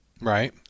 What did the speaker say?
Right